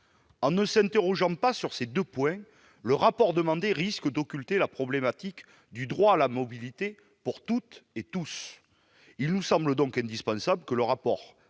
En ne s'interrogeant pas sur ces deux points, le rapport demandé risque d'occulter la problématique du droit à la mobilité pour tous. Il nous semble donc indispensable qu'il aborde